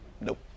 Nope